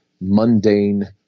mundane